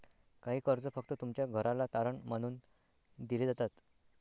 काही कर्ज फक्त तुमच्या घराला तारण मानून दिले जातात